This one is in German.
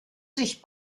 sich